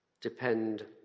depend